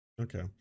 Okay